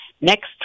Next